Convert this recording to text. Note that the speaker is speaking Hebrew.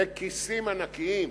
זה כיסים ענקיים.